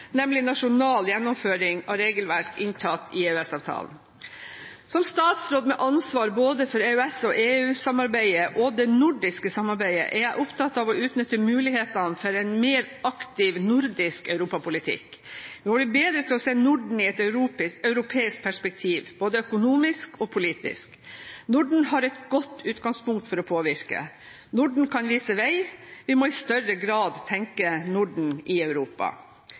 nemlig nasjonal gjennomføring av regelverk inntatt i EØS-avtalen. Som statsråd med ansvar både for EØS/EU-samarbeidet og det nordiske samarbeidet er jeg opptatt av å utnytte mulighetene for en mer aktiv nordisk europapolitikk. Vi må bli bedre til å se Norden i et europeisk perspektiv, både økonomisk og politisk. Norden har et godt utgangspunkt for å påvirke. Norden kan vise vei. Vi må i større grad tenke Norden i Europa.